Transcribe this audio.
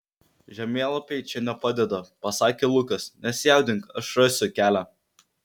žemėlapiai čia nepadeda pasakė lukas nesijaudink aš rasiu kelią